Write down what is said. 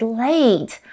late